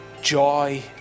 Joy